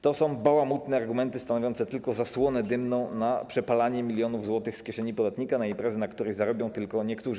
To są bałamutne argumenty stanowiące tylko zasłonę dymną dla przepalania milionów złotych z kieszeni podatnika na imprezy, na których zarobią tylko niektórzy.